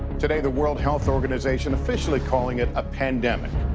today, the world health organization officially calling it a pandemic.